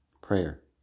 Prayer